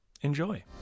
Enjoy